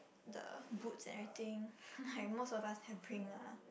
the boots and everything most of us have bring lah